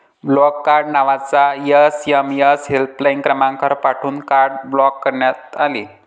block card नावाचा SMS helpline क्रमांकावर पाठवून कार्ड ब्लॉक करण्यात आले